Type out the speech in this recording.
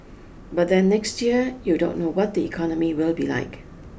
but then next year you don't know what the economy will be like